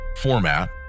format